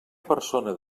persona